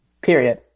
Period